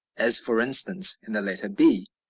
as, for instance, in the letter b.